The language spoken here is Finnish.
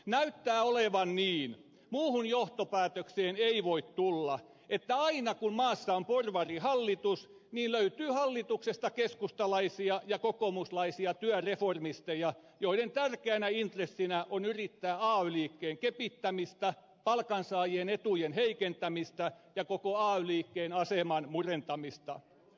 näyttää olevan niin muuhun johtopäätökseen ei voi tulla että aina kun maassa on porvarihallitus niin löytyy hallituksesta keskustalaisia ja kokoomuslaisia työreformisteja joiden tärkeänä intressinä on yrittää ay liikkeen kepittämistä palkansaajien etujen heikentämistä ja koko ay liikkeen aseman murentamista